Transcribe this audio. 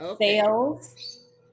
sales